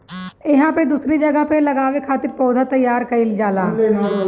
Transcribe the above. इहां पे दूसरी जगह पे लगावे खातिर पौधा तईयार कईल जाला